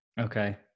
Okay